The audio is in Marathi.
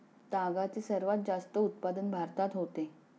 तागाचे सर्वात जास्त उत्पादन भारतात होते